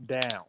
down